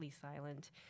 silent